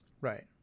Right